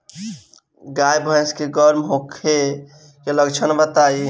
गाय भैंस के गर्म होखे के लक्षण बताई?